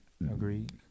Agreed